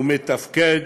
הוא מתפקד,